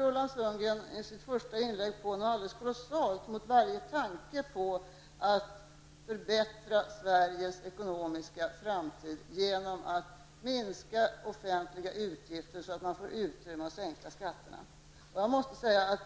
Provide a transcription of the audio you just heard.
Roland Sundgren brassade dessutom i sitt anförande på kolossalt mot varje tanke på att förbättre Sveriges ekonomiska framtid genom att minska offentliga utgifter så att det blir utrymme för skattesänkningar.